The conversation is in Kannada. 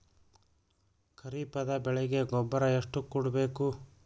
ಖರೀಪದ ಬೆಳೆಗೆ ಗೊಬ್ಬರ ಎಷ್ಟು ಕೂಡಬೇಕು?